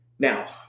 Now